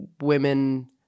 women